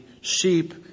sheep